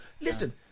Listen